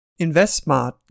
InvestSmart